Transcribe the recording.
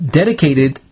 dedicated